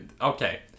okay